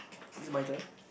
is it my turn